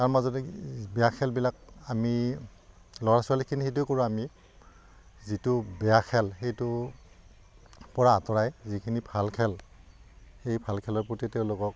তাৰ মাজতে বেয়া খেলবিলাক আমি ল'ৰা ছোৱালীখিনি সেইটোৱে কৰোঁ আমি যিটো বেয়া খেল সেইটো পৰা আঁতৰাই যিখিনি ভাল খেল সেই ভাল খেলৰ প্ৰতি তেওঁলোকক